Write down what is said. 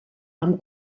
amb